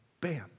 Bam